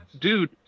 dude